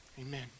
amen